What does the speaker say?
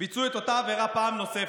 ביצעו את אותה עבירה פעם נוספת.